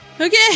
Okay